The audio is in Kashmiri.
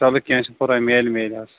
چلو کیٚنٛہہ چھُنہٕ پرواے میلہِ میلہِ حظ